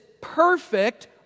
perfect